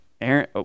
Aaron